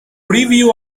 review